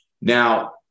Now